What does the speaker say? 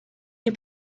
nie